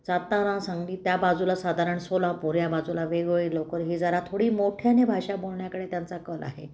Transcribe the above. सातारा सांगली त्या बाजूला साधारण सोलापूर या बाजूला वेगवेगळी लवकर ही जरा थोडी मोठ्याने भाषा बोलण्याकडे त्यांचा कल आहे